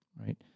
right